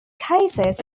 cases